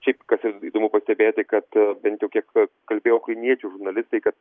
šiaip kas ir įdomu pastebėti kad bent jau kiek kalbėjo ukrainiečių žurnalistai kad